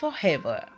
forever